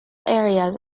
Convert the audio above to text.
areas